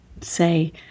say